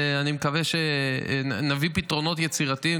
אני מקווה שנביא פתרונות יצירתיים.